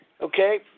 Okay